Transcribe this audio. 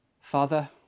Father